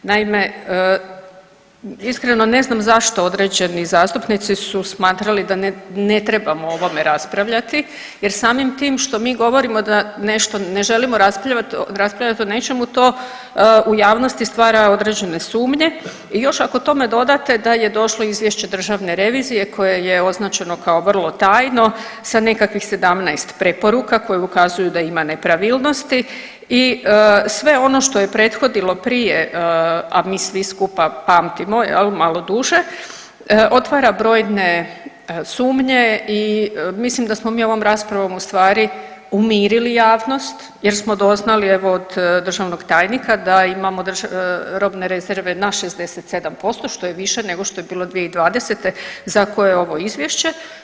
Naime, iskreno ne znam zašto određeni zastupnici su smatrali da ne trebamo o ovome raspravljati jer samim tim što mi govorimo da nešto ne želimo raspravljat o nečemu to u javnosti stvara određene sumnje i još ako tome dodate da je došlo izvješće državne revizije koje je označeno kao vrlo tajno sa nekakvih 17 preporuka koje ukazuju da ima nepravilnosti i sve ono što je prethodilo prije, a mi svi skupa pamtimo malo duže, otvara brojne sumnje i mislim da smo mi ovom raspravom ustvari umirili javnost jer smo doznali evo od državnog tajnika da imamo robne rezerve na 67%, što je više nego što je bilo 2020. za koje je ovo izvješće.